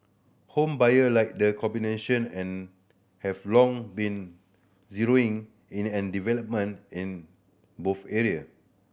home buyer like the combination and have long been zeroing in an development in both area